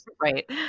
Right